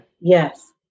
Yes